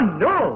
no